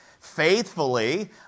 faithfully